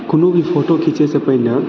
कोनो भी फोटो खीचैसँ पहिने